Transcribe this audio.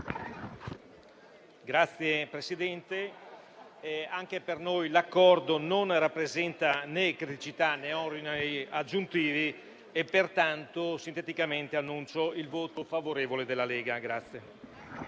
Signor Presidente, anche per noi l'Accordo non rappresenta né criticità, né oneri aggiuntivi. Pertanto, sinteticamente, annuncio il voto favorevole della Lega.